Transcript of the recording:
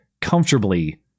comfortably